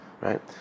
Right